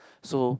so